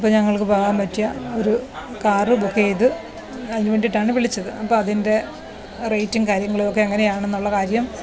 അപ്പോൾ ഞങ്ങൾക്ക് പോകാൻ പറ്റിയ ഒരു കാറ് ബുക്ക് ചെയ്ത് അതിന് വേണ്ടീട്ടാണ് വിളിച്ചത് അപ്പതിൻ്റെ റെയിറ്റും കാര്യങ്ങളുവൊക്കെ എങ്ങനെയാണെന്നുള്ള കാര്യം